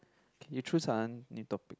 K you choose one new topic